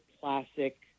classic